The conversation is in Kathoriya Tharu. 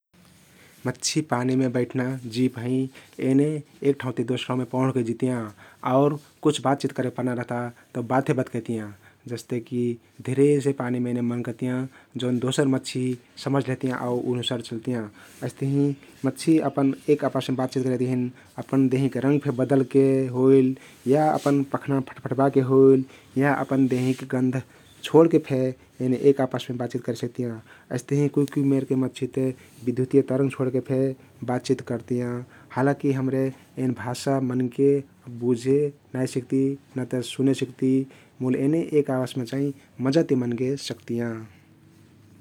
मछ्छी पानीमे बइठना जिब हँइ । एने एक ठाउँति दोसर ठाउँमे पौंढके जैतियाँ । आउ कुछ बातचित करेपर्ना रहता तउ बात फेक बतकइतियाँ । जसते कि धिरेसे पानीमे एने मनकतियाँ जउन दोसर मछ्छी समझ लेहतियाँ आउ उहि आनुसार चल्तियाँ । अइस्तहिं मछछी अपन एक आपसमे बातचित करेक तहिन आपन देहिंक रंगफे बदलके होइल अपन पख्ना फट्फट्बाके होइल या अपना देंहिक गन्ध छोड्के फे एने एक आपसमे बातचित करे सक्तियाँ । अइस्ताहिं कुइ कुइ मेरके मछ्छी ते विधुतिय तरंग छोडके फे बातचित करतियाँ । हालाकी हम्रे एन भाषा मनके बुझे नाई सक्ती न ते सुने सक्ती मुल एने एक आपसमे चाहिं मजती मनके सकतियाँ ।